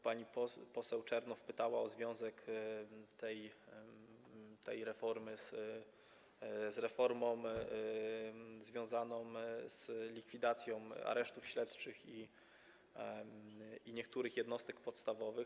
Pani poseł Czernow pytała o związek tej reformy z reformą związaną z likwidacją aresztów śledczych i niektórych jednostek podstawowych.